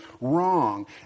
wrong